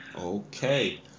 Okay